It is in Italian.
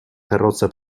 carrozza